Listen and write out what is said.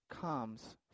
comes